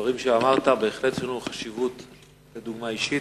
בדברים שאמרת בהחלט יש חשיבות ודוגמה אישית.